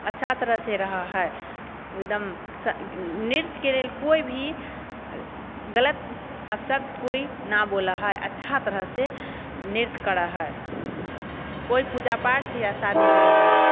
अच्छा तरहसँ रहऽ हइ ओ एकदम नृत्यके लेल कोइ भी गलत अपशब्द कोइ नहि बोलऽ हइ अच्छा तरहसँ नृत्य करै हइ कोइ पूजापाठ या शादी विवाहमे